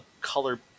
color